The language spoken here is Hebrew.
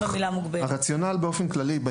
הרציונל באופן כללי,